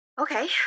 Okay